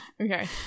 okay